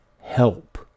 help